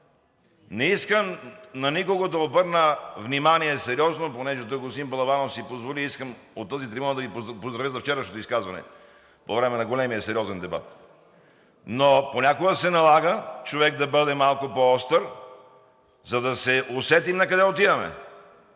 Не искам на никого… Да обърна внимание, сериозно, понеже тук господин Балабанов си позволи, искам от тази трибуна да Ви поздравя за вчерашното изказване по време на големия сериозен дебат, но понякога се налага човек да бъде малко по-остър, за да се усетим накъде отиваме.